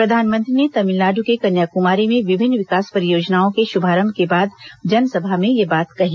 प्रधानमंत्री ने तमिलनाडु के कन्याकुमारी में विभिन्न विकास परियोजनाओं के शुभारंभ के बाद जनसभा में यह बात कही